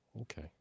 Okay